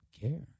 care